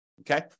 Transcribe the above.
okay